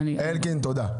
אלקין, תודה.